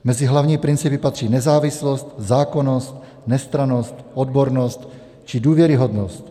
Mezi hlavní principy patří nezávislost, zákonnost, nestrannost, odbornost či důvěryhodnost.